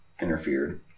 interfered